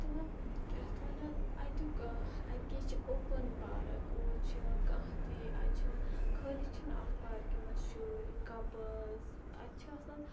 تہٕ کیاہ اَتھ وَنان اَتیُک اَتہِ کیاہ چھِ اوٚپُن پارک اور چھِ یِوان کانٛہہ تہِ اَتہِ چھِنہٕ خٲلی چھِنہٕ اَتھ پارکہِ مَنٛز شُرۍ کَپٕلٕز اَتہِ چھِ آسان مَطلَب